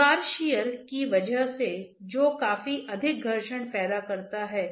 वे वस्तु के पिछले प्रवाह के लिए द्रव को पंप कर रहे हैं